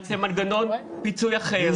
שנרצה מנגנון פיצוי אחר,